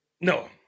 No